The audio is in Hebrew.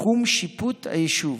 תחום שיפוט היישוב.